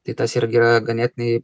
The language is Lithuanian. tai tas ir yra ganėtinai